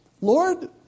Lord